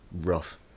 rough